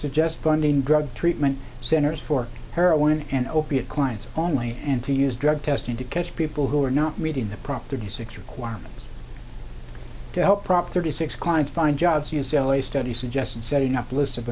suggests funding drug treatment centers for heroin and opiate clients only and to use drug testing to catch people who are not reading the prompter do six requirements to help prop thirty six clients find jobs u c l a study suggested setting up a list of